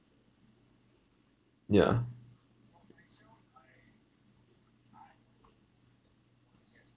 yeah